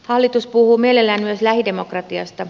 hallitus puhuu mielellään myös lähidemokratiasta